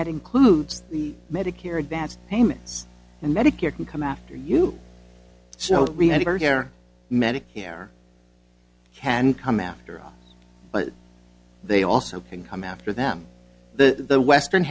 that includes the medicare advantage payments and medicare can come after you so me and her hair medicare can come after us but they also can come after them the western